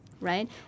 Right